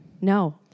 No